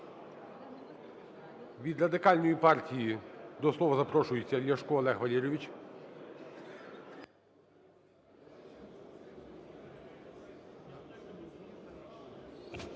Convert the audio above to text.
Від Радикальної партії до слова запрошується Ляшко Олег Валерійович.